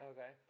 Okay